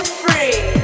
free